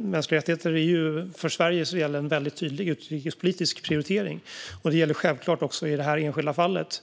Mänskliga rättigheter är för Sveriges regering en tydlig utrikespolitisk prioritering, och detta gäller självfallet också i det här enskilda fallet.